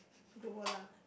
group work lah